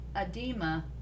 edema